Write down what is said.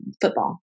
football